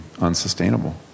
unsustainable